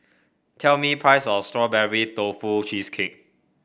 tell me price of Strawberry Tofu Cheesecake